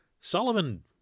Sullivan